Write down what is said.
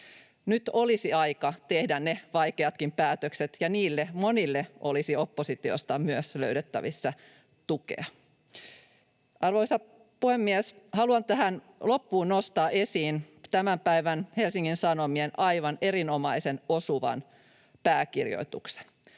Nyt olisi aika tehdä ne vaikeatkin päätökset, ja niistä monille olisi oppositiosta myös löydettävissä tukea. Arvoisa puhemies! Haluan tähän loppuun nostaa esiin tämän päivän Helsingin Sano-mien aivan erinomaisen osuvan pääkirjoituksen.